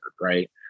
right